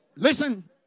Listen